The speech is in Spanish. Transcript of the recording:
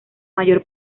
mayor